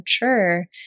mature